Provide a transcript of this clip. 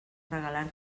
regalar